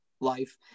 life